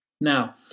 Now